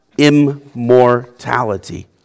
immortality